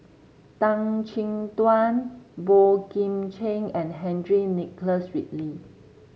Tan Chin Tuan Boey Kim Cheng and Henry Nicholas Ridley